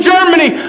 Germany